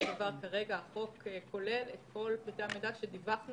כרגע החוק כולל את כל פרטי המידע שדיווחנו